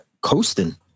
coasting